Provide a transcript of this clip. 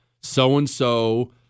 So-and-so